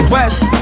West